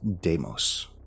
demos